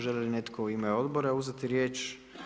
Želi li netko u ime odbora uzeti riječ?